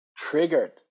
triggered